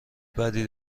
بدی